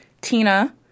Tina